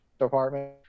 department